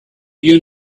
you